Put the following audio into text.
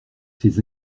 ses